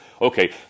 okay